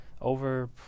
over